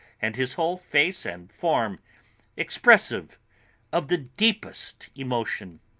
and his whole face and form expressive of the deepest emotion